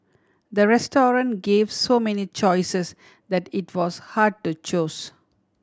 the restaurant gave so many choices that it was hard to choose